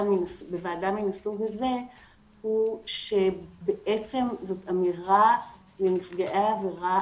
מהסוג הזה היא שזאת אמירה לנפגעי העבירה.